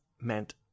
meant